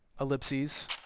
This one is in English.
ellipses